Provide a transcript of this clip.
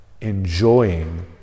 enjoying